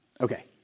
Okay